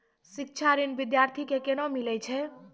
शिक्षा ऋण बिद्यार्थी के कोना मिलै छै?